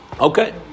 Okay